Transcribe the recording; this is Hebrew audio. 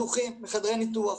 בחדרי ניתוח,